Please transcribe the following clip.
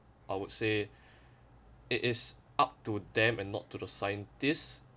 I would say it is up to them and not to the scientists